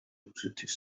რუსეთის